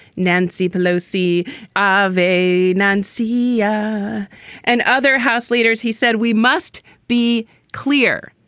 nancy pelosi of a nancy yeah and other house leaders, he said, we must be clear,